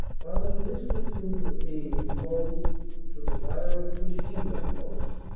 found that his platoon was being exposed to the fire of a machine-gun post.